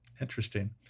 Interesting